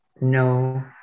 No